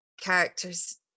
characters